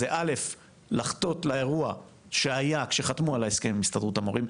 זה דבר ראשון לחטוא לאירוע שהיה כשחתמו על ההסכם על הסתדרות המורים,